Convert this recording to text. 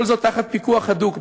כל זאת תחת פיקוח הדוק,